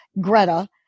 Greta